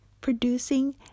producing